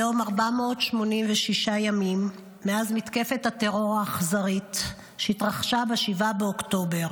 היום 486 ימים מאז מתקפת הטרור האכזרית שהתרחשה ב-7 באוקטובר.